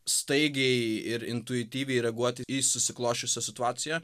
staigiai ir intuityviai reaguoti į susiklosčiusią situaciją